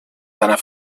seiner